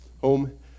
home